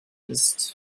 ist